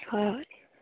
হয় হয়